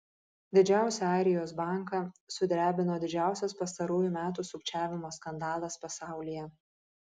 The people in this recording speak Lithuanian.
didžiausią airijos banką sudrebino didžiausias pastarųjų metų sukčiavimo skandalas pasaulyje